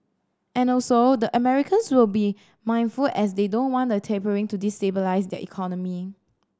and also the Americans will be mindful as they don't want the tapering to destabilise their economy